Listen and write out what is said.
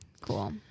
Cool